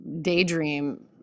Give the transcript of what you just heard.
daydream